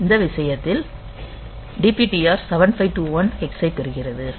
இந்த விஷயத்தில் DPTR 7521 hex ஐப் பெறுகிறது